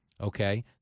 okay